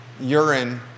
urine